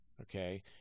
okay